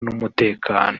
n’umutekano